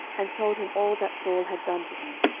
and told him all that saul had done to him.